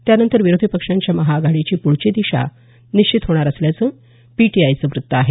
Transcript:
त्यानंतर विरोधी पक्षांच्या महाआघाडीची पुढची दिशा निश्चित होणार असल्याचं पीटीआयचं वृत्त आहे